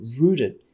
rooted